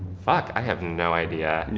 fuck, i have no idea. and yeah?